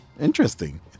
interesting